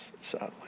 sadly